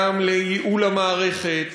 גם לייעול המערכת,